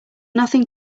nothing